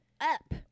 up